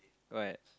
what